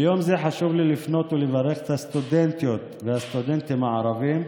ביום זה חשוב לי לפנות ולברך את הסטודנטיות והסטודנטים הערבים,